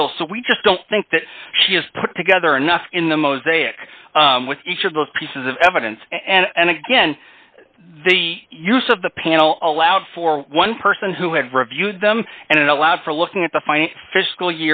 still so we just don't think that she has put together enough in the mosaic with each of those pieces of evidence and again the use of the panel allowed for one person who had reviewed them and it allowed for looking at the final fiscal